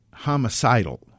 Homicidal